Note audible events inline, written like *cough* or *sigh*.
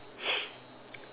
*noise*